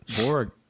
Borg